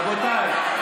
רבותיי,